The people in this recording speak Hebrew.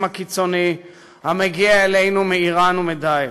הקיצוני המגיע אלינו מאיראן ומ"דאעש".